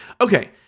Okay